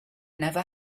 never